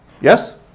Yes